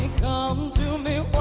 come to me,